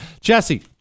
Jesse